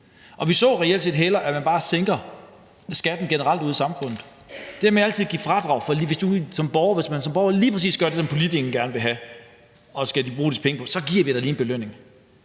Vi så reelt set hellere, at man bare sænkede skatten generelt ude i samfundet. Det med altid at give fradrag, hvis man som borger gør lige præcis det, som politikerne gerne vil have, så man lige får en belønning,